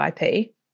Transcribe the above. ip